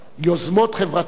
יוזמות חברתיות,